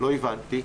לא הבנתי.